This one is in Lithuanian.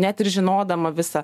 net ir žinodama visą